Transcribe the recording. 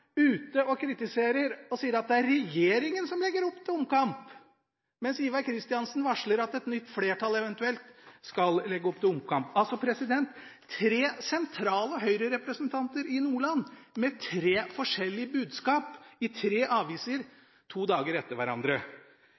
ute og kritiserer og sier at det er regjeringen som legger opp til omkamp – mens Ivar Kristiansen varsler at et eventuelt nytt flertall skal legge opp til omkamp. Tre sentrale Høyre-representanter i Nordland har altså tre forskjellige budskap i tre aviser to dager etter hverandre.